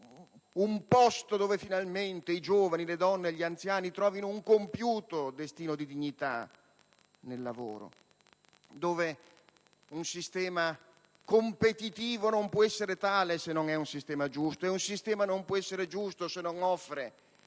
un posto dove finalmente i giovani, le donne, gli anziani trovino un compiuto destino di dignità nel lavoro; dove un sistema competitivo non può essere tale se non è un sistema giusto. Un sistema non può essere giusto se non offre